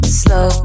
slow